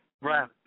Right